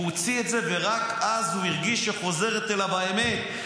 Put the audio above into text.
הוא הוציא את זה ורק אז הוא הרגיש שחוזרת אליו האמת.